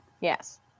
Yes